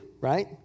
right